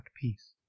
peace